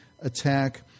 attack